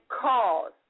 cause